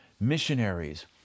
missionaries